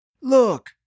Look